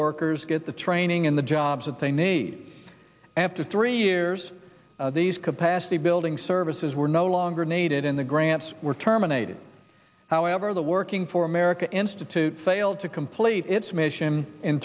workers get the training in the jobs of thing need after three years these capacity building services were no longer needed in the grants were terminated however the working for america institute failed to complete its mission in